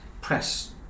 press